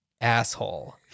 asshole